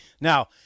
now